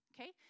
Okay